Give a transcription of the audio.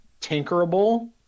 tinkerable